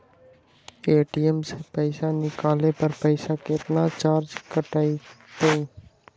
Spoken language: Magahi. ए.टी.एम से पईसा निकाले पर पईसा केतना चार्ज कटतई?